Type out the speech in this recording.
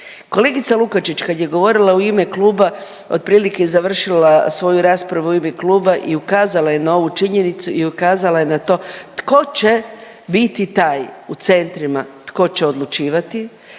Kolegica Lukačić kad je govorila u ime kluba otprilike je završila svoju raspravu u ime kluba i ukazala je na ovu činjenicu i ukazala je na to tko će biti taj u centrima tko će odlučivati,